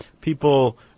people